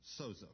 sozo